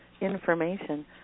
information